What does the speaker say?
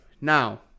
now